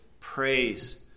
Praise